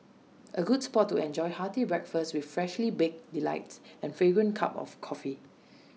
A good spot to enjoy hearty breakfast with freshly baked delights and fragrant cup of coffee